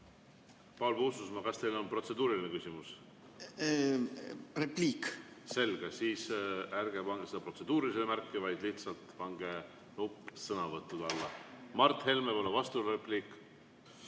Paul Puustusmaa, kas teil on protseduuriline küsimus? Repliik. Selge. Siis ärge pange seda protseduurilise märki, vaid lihtsalt pange see sõnavõttude alla. Mart Helme, palun vasturepliik!